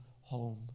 home